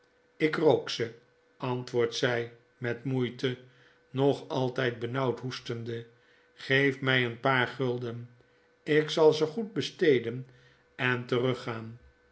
jk rook ze antwoordt zj met moeite nog altyd benauwd hoestende geef my een paar gulden ik zal ze goed besteden en teruggaan